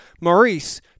Maurice